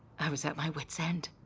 i was at my wit's end.